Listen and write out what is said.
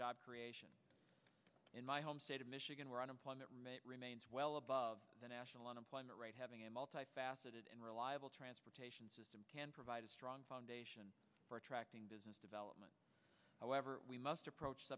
jobs in my home state of michigan where unemployment remains well above the national unemployment rate having a multi faceted and reliable transportation system can provide a strong foundation for attracting business development however we must